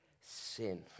Sin